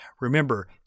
Remember